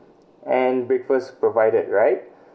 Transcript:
and breakfast provided right